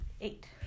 eight